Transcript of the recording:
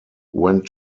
went